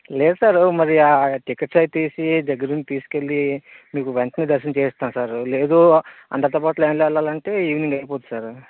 లేదు సార్ మరి ఆ టిక్కెట్స్ అవి తీసి దగ్గరుండి తీసుకెళ్లి మీకు వెంటనే దర్శనం చేయిస్తాం సార్ లేదు అందరితోపాటు లైన్ లో వెళ్ళాలి అంటే ఈవెనింగ్ అయిపోద్ది సార్